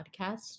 podcast